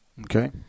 Okay